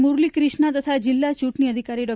મુરલી ક્રિષ્ણા તથા જિલ્લા ચ્રંટણી અધિકારી ડૉ